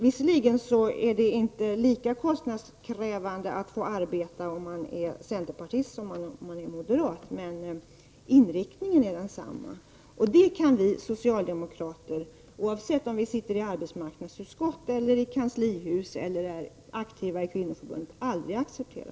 Visserligen är det inte lika kostnadskrävande att få arbeta om man är centerpartist som om man är moderat, men inriktningen dessa partiers förslag är densamma. Det kan vi socialdemokrater, oavsett om vi sitter i arbetsmarknadsutskott, i kanslihus eller är aktiva i kvinnoförbund, aldrig acceptera.